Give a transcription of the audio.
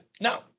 Now